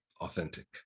authentic